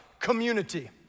community